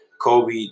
Kobe